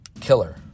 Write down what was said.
killer